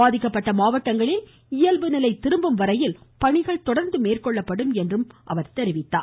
பாதிக்கப்பட்ட மாவட்டங்களில் இயல்புநிலை திரும்பும் வரையில் பணிகள் தொடர்ந்து மேற்கொள்ளப்படும் என்றும் அவர் கூறினார்